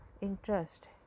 interest